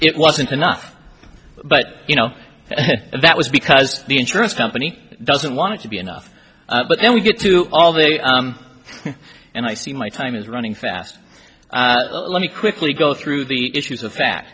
it wasn't enough but you know that was because the insurance company doesn't want to be enough but then we get to all the and i see my time is running fast let me quickly go through the issues of fa